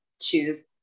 choose